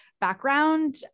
background